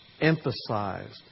emphasized